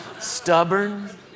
Stubborn